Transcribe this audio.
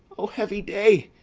o heavy day!